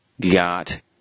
got